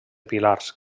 pilars